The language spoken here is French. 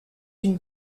une